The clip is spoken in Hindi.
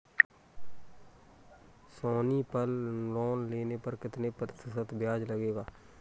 सोनी पल लोन लेने पर कितने प्रतिशत ब्याज लगेगा?